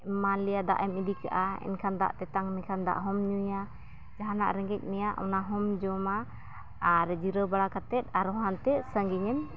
ᱮᱢᱟ ᱞᱮᱭᱟ ᱫᱟᱜ ᱮᱢ ᱤᱫᱤ ᱠᱟᱜᱼᱟ ᱮᱱᱠᱷᱟᱱ ᱫᱟᱜ ᱛᱮᱛᱟᱝ ᱢᱮᱠᱷᱟᱱ ᱫᱟᱜᱦᱚᱸᱢ ᱧᱩᱭᱟ ᱡᱟᱦᱟᱱᱟᱜ ᱨᱮᱸᱜᱮᱡ ᱢᱮᱭᱟ ᱚᱱᱟᱦᱚᱸᱢ ᱡᱚᱢᱟ ᱟᱨ ᱡᱤᱨᱟᱹᱣ ᱵᱟᱲᱟ ᱠᱟᱛᱮᱫ ᱟᱨᱦᱚᱸ ᱦᱟᱱᱛᱮ ᱥᱟᱺᱜᱤᱧᱮᱢ